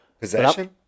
Possession